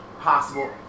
possible